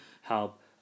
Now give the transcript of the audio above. help